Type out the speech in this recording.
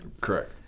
Correct